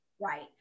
Right